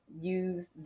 use